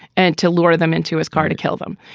and to lure them into his car, to kill them.